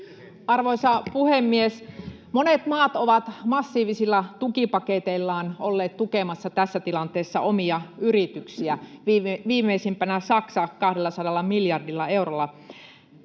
Arvoisa puhemies! Monet maat ovat massiivisilla tukipaketeillaan olleet tukemassa tässä tilanteessa omia yrityksiään — viimeisimpänä Saksa 200 miljardilla eurolla.